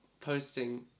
posting